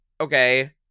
okay